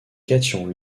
cation